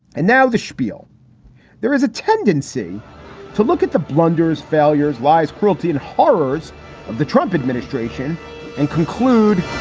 and now the spiel there is a tendency to look at the blunders, failures, lies, cruelty and horrors of the trump administration and conclude